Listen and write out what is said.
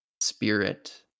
spirit